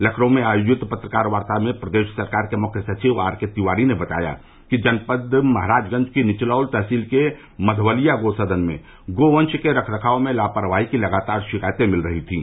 लखनऊ में आयोजित पत्रकार वार्ता में प्रदेश सरकार के मुख्य सचिव आरके तिवारी ने बताया कि जनपद महराजगंज की निचलौल तहसील के मधवलिया गो सदन में गो वंश के रख रखाव में लापरवाही की लगातार शिकायतें मिल रही थीं